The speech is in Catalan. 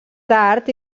tard